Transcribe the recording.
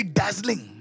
dazzling